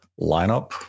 lineup